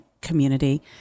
community